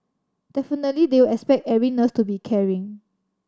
definitely they will expect every nurse to be caring